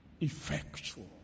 effectual